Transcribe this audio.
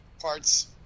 parts